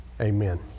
Amen